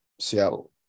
Seattle